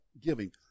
giving